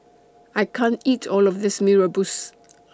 I can't eat All of This Mee Rebus